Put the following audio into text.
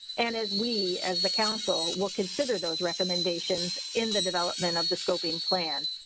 and as we, as the council will consider those recommendations in the development of the scoping plan.